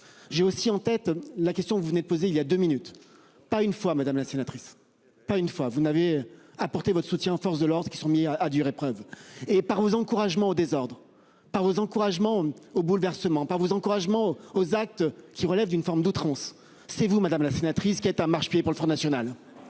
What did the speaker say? J'ai aussi en tête la question, vous venez de poser, Il y a deux minutes, pas une fois, madame la sénatrice, pas une fois vous avez apportez votre soutien aux forces de l'ordre qui sont mis à dure épreuve et par vos encouragements aux désordres par vos encouragements aux bouleversement par vos encouragements aux actes qui relèvent d'une forme d'outrance, c'est vous madame la sénatrice qu'est un marchepied pour le Front national.